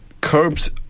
curbs